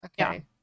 Okay